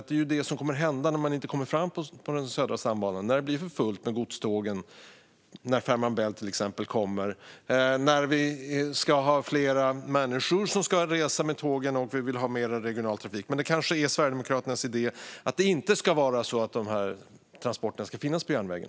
Det är ju detta som kommer att hända när man inte kommer fram på Södra stambanan - när det blir för fullt med godståg när till exempel Fehmarn Bält-förbindelsen kommer, när vi ska ha fler människor som reser med tåg och när vi vill ha mer regional trafik. Men Sverigedemokraternas idé är kanske att dessa transporter inte ska finnas på järnvägen.